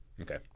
Okay